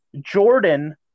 Jordan